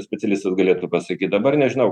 specialistas galėtų pasakyt dabar nežinau